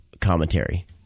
commentary